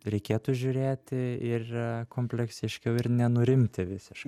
reikėtų žiūrėti ir kompleksiškiau ir nenurimti visiškai